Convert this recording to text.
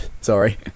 sorry